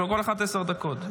לכל אחד עשר דקות,